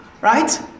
Right